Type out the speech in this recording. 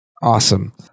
Awesome